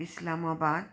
Islamabad